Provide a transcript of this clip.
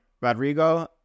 Rodrigo